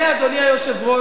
אדוני היושב-ראש,